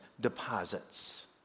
deposits